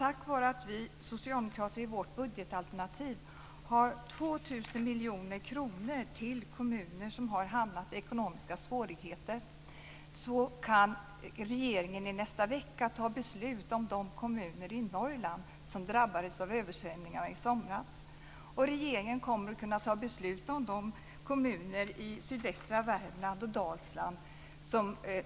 Tack vare att vi socialdemokrater i vårt budgetalternativ har 2 000 miljoner kronor till kommuner som har hamnat i ekonomiska svårigheter kan regeringen i nästa vecka fatta beslut om de kommuner i Norrland som drabbades av översvämningarna i somras. Och regeringen kommer att kunna fatta beslut om de här kommunerna i sydvästra Värmland och i Dalsland.